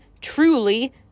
truly